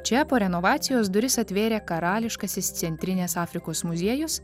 čia po renovacijos duris atvėrė karališkasis centrinės afrikos muziejus